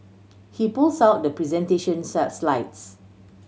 he pulls out the presentation sale slides